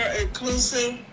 inclusive